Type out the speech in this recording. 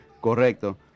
Correcto